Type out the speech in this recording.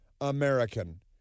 American